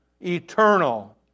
eternal